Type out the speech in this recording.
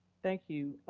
thank you.